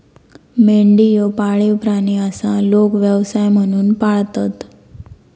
मेंढी ह्यो पाळीव प्राणी आसा, लोक व्यवसाय म्हणून पाळतत